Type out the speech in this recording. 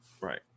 Right